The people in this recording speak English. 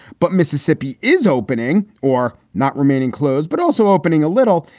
but mississippi is opening or not remaining closed, but also opening a little.